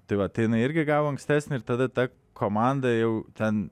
tai va tai jinai irgi gavo ankstesnį ir tada ta komanda jau ten